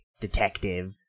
detective